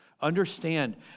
Understand